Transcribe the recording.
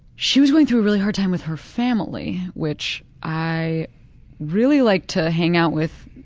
she was going through a really hard time with her family, which i really like to hang out with